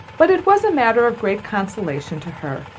but it was a matter of great consolation to her,